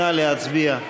נא להצביע.